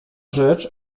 rzecz